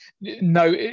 no